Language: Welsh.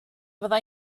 fyddai